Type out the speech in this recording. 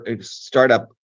startup